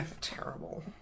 Terrible